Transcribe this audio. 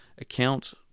account